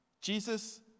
Jesus